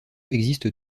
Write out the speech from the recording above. existe